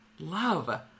Love